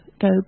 go